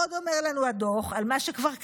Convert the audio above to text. עוד אומר לנו הדוח על מה שכבר קרה,